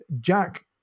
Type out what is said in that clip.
jack